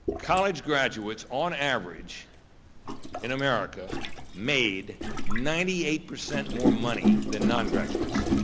college graduates on average in america made ninety eight percent more money than non-graduates.